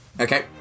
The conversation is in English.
Okay